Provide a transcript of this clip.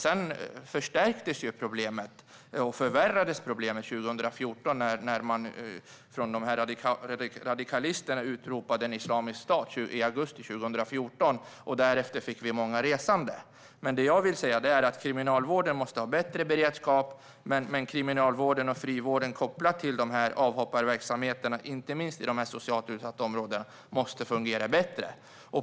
Sedan förstärktes och förvärrades problemet 2014, när man från radikalisterna utropade en islamisk stat i augusti 2014 och vi därefter fick många resande. Det jag vill säga är att Kriminalvården måste ha bättre beredskap. Kriminalvården och frivården, kopplat till avhopparverksamheterna inte minst i de socialt utsatta områdena, måste fungera bättre.